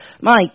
Mike